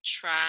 try